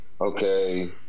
okay